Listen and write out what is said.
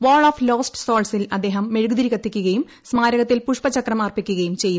wall of lost സ്പോൾസിൽ അദ്ദേഹം മെഴുകുതിരി കത്തിക്കുകയും സ്മാരകത്തിൽ പുഷ്പചക്രം അർപ്പിക്കുകയും ചെയ്യും